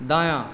दायाँ